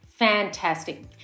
Fantastic